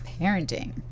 parenting